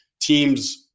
Teams